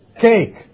Cake